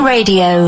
Radio